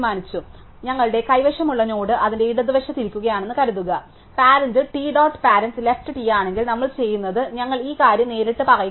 അതിനാൽ ഞങ്ങളുടെ കൈവശമുള്ള നോഡ് അതിന്റെ ഇടതുവശത്ത് ഇരിക്കുകയാണെന്ന് കരുതുക parent t dot parent left t ആണെങ്കിൽ നമ്മൾ ചെയ്യുന്നത് ഞങ്ങൾ ഈ കാര്യം നേരിട്ട് പറയുക എന്നതാണ്